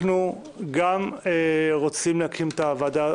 אנחנו גם רוצים לקיים דיון בזה.